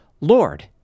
Lord